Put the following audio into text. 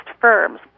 firms